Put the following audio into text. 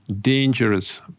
dangerous